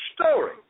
story